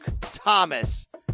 Thomas